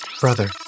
brother